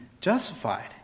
justified